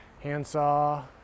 Handsaw